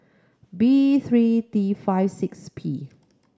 B three T five six P